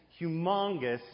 humongous